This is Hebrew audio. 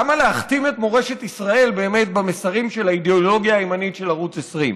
למה להכתים את מורשת ישראל במסרים של האידיאולוגיה הימנית של ערוץ 20?